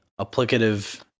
applicative